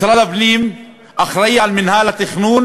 משרד הפנים אחראי למינהל התכנון